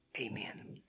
amen